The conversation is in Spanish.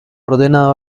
ordenado